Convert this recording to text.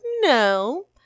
No